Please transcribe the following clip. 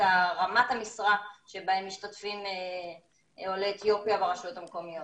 רמת המשרה שבהן משתתפים עולי אתיופיה ברשויות המקומיות.